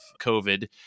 COVID